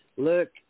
look